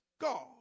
God